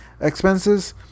expenses